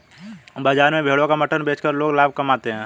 बाजार में भेड़ों का मटन बेचकर लोग लाभ कमाते है